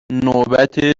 نوبت